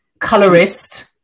colorist